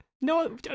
No